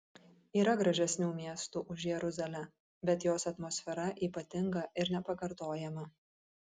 yra gražesnių miestų už jeruzalę bet jos atmosfera ypatinga ir nepakartojama